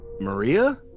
Maria